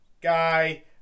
guy